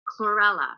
chlorella